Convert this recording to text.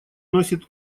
носит